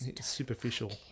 Superficial